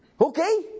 Okay